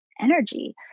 energy